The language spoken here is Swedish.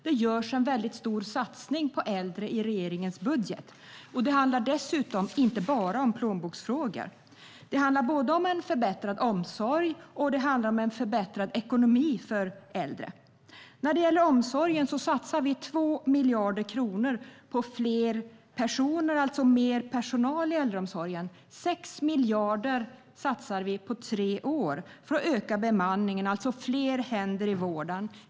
Det görs en mycket stor satsning på äldre i regeringens budget. Dessutom handlar det inte bara om plånboksfrågor. Det handlar både om en förbättrad omsorg och om en förbättrad ekonomi för äldre. När det gäller omsorgen satsar vi 2 miljarder kronor på fler personer, alltså mer personal, i äldreomsorgen. Vi satsar 6 miljarder på tre år för att öka bemanningen, alltså fler händer i vården.